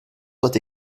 soit